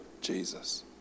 Jesus